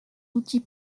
outils